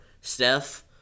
Steph